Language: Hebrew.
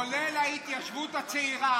כולל ההתיישבות הצעירה.